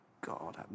God